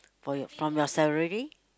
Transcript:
for your from your salary